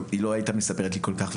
היא לא הייתה מספרת לי כל כך,